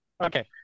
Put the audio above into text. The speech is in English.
Okay